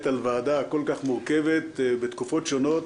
על ועדה כל כך מורכבת בתקופות שונות.